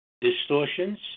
distortions